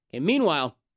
Meanwhile